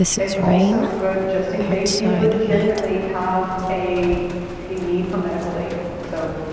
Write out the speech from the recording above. it's also good just in case you legitimately have a a need for medical aid. so